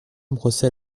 brossaient